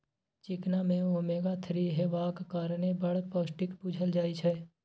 चिकना मे omega three हेबाक कारणेँ बड़ पौष्टिक बुझल जाइ छै